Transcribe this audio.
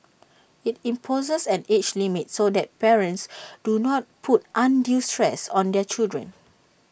IT imposes an age limit so parents do not put undue stress on their children